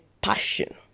passion